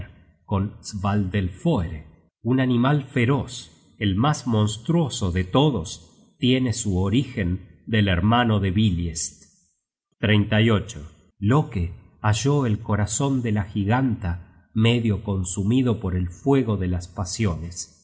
con svadelfoere un animal feroz el mas monstruoso de todos tiene su origen del hermano de biliest content from google book search generated at loke halló el corazon de la giganta medio consumido por el fuego de las pasiones